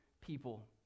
people